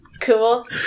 Cool